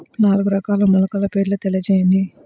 నాలుగు రకాల మొలకల పేర్లు తెలియజేయండి?